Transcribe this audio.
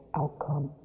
outcome